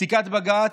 פסיקת בג"ץ,